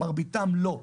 מרביתם לא ילכו.